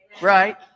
right